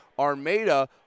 Armada